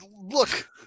Look